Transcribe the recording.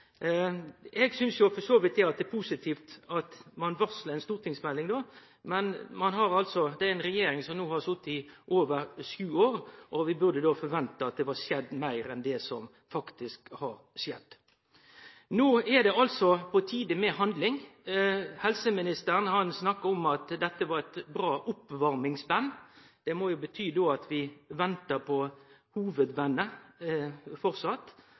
Eg synest at det for så vidt er positivt at ein varslar ei stortingsmelding, men regjeringa har no sete i over sju år. Vi burde kunne forvente at det hadde skjedd meir enn det som faktisk har skjedd. No er det på tide med handling. Helseministeren snakka om at dette var eit bra oppvarmingsband. Det må jo bety at vi framleis ventar på